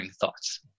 thoughts